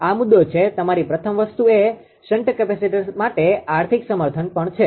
આ મુદ્દો છે તમારી પ્રથમ વસ્તુ એ શન્ટ કેપેસિટર માટે આર્થિક સમર્થન પણ છે